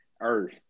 earth